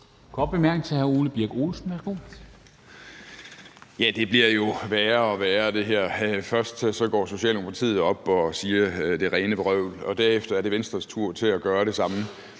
Olesen. Værsgo. Kl. 11:15 Ole Birk Olesen (LA): Ja, det her bliver jo værre og værre. Først går Socialdemokratiet op og siger det rene vrøvl, og derefter er det Venstres tur til at gøre det samme.